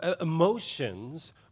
Emotions